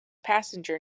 passenger